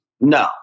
No